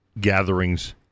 gatherings